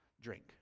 drink